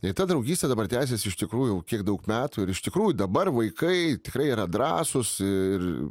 ir ta draugystė dabar tęsiasi iš tikrųjų kiek daug metų ir iš tikrųjų dabar vaikai tikrai yra drąsūs ir